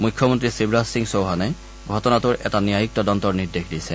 মূখ্যমন্তী শিৱৰাজ সিং চৌহানে ঘটনাটোৰ এটা ন্যায়িক তদন্তৰ নিৰ্দেশ দিছে